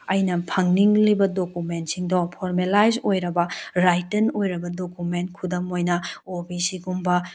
ꯑꯩꯅ ꯐꯪꯅꯤꯡꯂꯤꯕ ꯗꯣꯀꯨꯃꯦꯟ ꯁꯤꯡꯗꯨ ꯐꯣꯔꯃꯦꯂꯥꯏꯖ ꯑꯣꯏꯔꯕ ꯔꯥꯏꯇꯟ ꯑꯣꯏꯔꯕ ꯗꯣꯀꯨꯃꯦꯟ ꯈꯨꯗꯝ ꯑꯣꯏꯅ ꯑꯣ ꯕꯤ ꯁꯤꯒꯨꯝꯕ